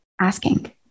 asking